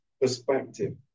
perspective